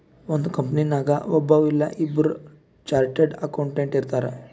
ಒಂದ್ ಕಂಪನಿನಾಗ್ ಒಬ್ಬವ್ ಇಲ್ಲಾ ಇಬ್ಬುರ್ ಚಾರ್ಟೆಡ್ ಅಕೌಂಟೆಂಟ್ ಇರ್ತಾರ್